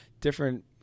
different